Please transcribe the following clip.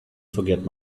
forget